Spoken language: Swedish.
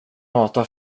mata